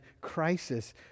crisis